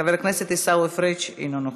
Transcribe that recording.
חבר הכנסת עיסאווי פריג' אינו נוכח,